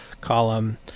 column